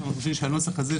ואנחנו חושבים שהנוסח הזה,